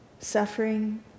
suffering